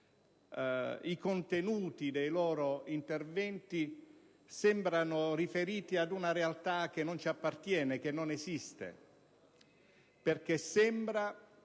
i contenuti dei loro interventi sembrano riferiti ad una realtà che non ci appartiene, che non esiste, perché sembrerebbe